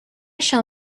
shall